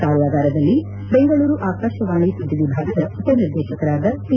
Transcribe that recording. ಕಾರ್ಯಾಗಾರದಲ್ಲಿ ಬೆಂಗಳೂರು ಆಕಾಶವಾಣಿ ಸುದ್ದಿ ವಿಭಾಗದ ಉಪನಿರ್ದೇಶಕರಾದ ಟಿ